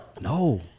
No